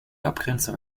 abgrenzung